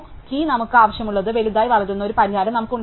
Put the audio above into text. key നമുക്ക് ആവശ്യമുള്ളത്ര വലുതായി വളരുന്ന ഒരു പരിഹാരം നമുക്ക് ഉണ്ടാകും